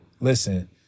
Listen